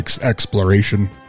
exploration